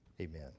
amen